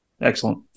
Excellent